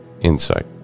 insight